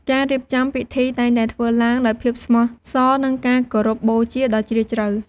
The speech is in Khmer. ការរៀបចំពិធីតែងតែធ្វើឡើងដោយភាពស្មោះសរ និងការគោរពបូជាដ៏ជ្រាលជ្រៅ។